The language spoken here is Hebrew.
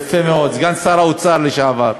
יפה מאוד, סגן שר האוצר לשעבר.